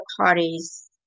parties